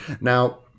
Now